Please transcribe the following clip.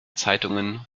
zeitungen